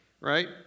right